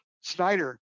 Snyder